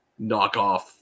knockoff